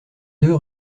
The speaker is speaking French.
deux